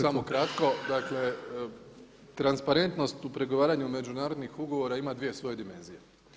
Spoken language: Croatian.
Samo kratko, dakle transparentnost u pregovaranju međunarodnih ugovora ima dvije svoje dimenzije.